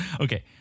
okay